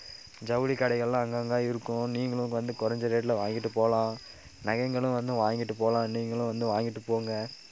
ஜவுளிக்கடைகள்லாம் அங்கங்கே இருக்கும் நீங்களும் வந்து குறைஞ்ச ரேட்டில் வாங்கிட்டுப் போகலாம் நகைங்களும் வந்து வாங்கிட்டுப் போகலாம் நீங்களும் வந்து வாங்கிட்டுப் போங்க